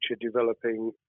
developing